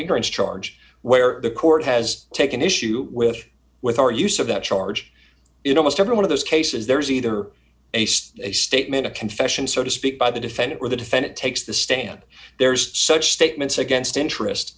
ignorance charge where the court has taken issue with with our use of that charge it almost every one of those cases there is either a stay statement a confession so to speak by the defendant or the defendant takes the stand there's such statements against interest